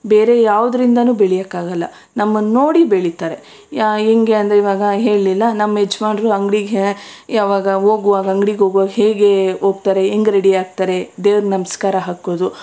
ಬೇರೆ ಯಾವುದ್ರಿಂದಾನೂ ಬೆಳೆಯಕ್ಕಾಗಲ್ಲ ನಮ್ಮನ್ನು ನೋಡಿ ಬೆಳೀತಾರೆ ಹೆಂಗೆ ಅಂದರೆ ಇವಾಗ ಹೇಳಿಲ್ವಾ ನಮ್ಮ ಯಜಮಾನ್ರು ಅಂಗಡಿಗೆ ಯಾವಾಗ ಹೋಗುವಾಗ ಅಂಗ್ಡಿಗೆ ಹೋಗುವಾಗ ಹೇಗೆ ಹೋಗ್ತಾರೆ ಹೆಂಗ್ ರೆಡಿ ಆಗ್ತಾರೆ ದೇವ್ರಿಗೆ ನಮಸ್ಕಾರ ಹಾಕೋದು